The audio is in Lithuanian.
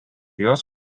jos